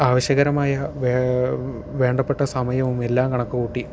ആവിശ്യകരമായ വേ വേണ്ടപ്പെട്ട സമയവും എല്ലാം കണക്ക് കൂട്ടി